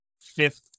fifth